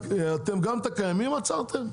גם את הקיימים עצרתם?